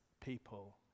people